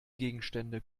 gegenstände